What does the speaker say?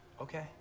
Okay